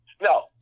No